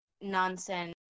nonsense